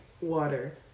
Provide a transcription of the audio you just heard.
water